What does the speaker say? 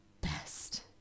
best